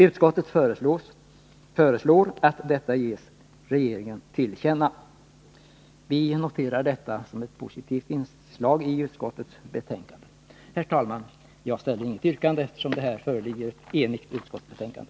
Utskottet föreslår att detta ges till känna för regeringen. Vi noterar detta som ett positivt inslag i utskottets betänkande. Jag ställer inte något yrkande eftersom det här föreligger ett enhälligt utskottsbetänkande.